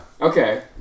Okay